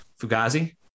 Fugazi